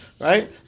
right